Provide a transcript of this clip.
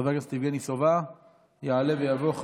חבר הכנסת יבגני סובה יעלה ויבוא.